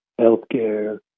healthcare